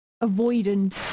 avoidance